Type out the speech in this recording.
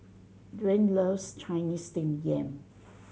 Dwaine loves Chinese Steamed Yam